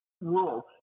rules